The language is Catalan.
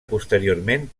posteriorment